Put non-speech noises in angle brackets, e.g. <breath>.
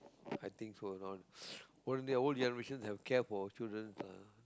I think so and all <breath> older generation have care for children lah